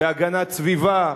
בהגנת הסביבה,